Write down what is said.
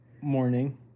Morning